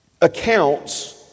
accounts